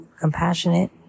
compassionate